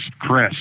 Chris